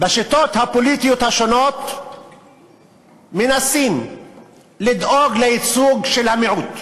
בשיטות הפוליטיות השונות מנסים לדאוג לייצוג של המיעוט.